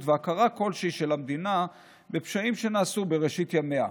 והכרה כלשהי של המדינה בפשעים שנעשו בראשית ימיה,